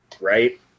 right